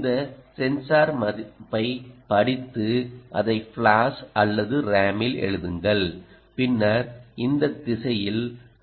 இந்த சென்சார் மதிப்பைப் படித்து அதை ஃபிளாஷ் அல்லது ரேமில் எழுதுங்கள் பின்னர் இந்த திசையில்